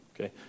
Okay